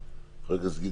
חבר הכנסת גינזבורג,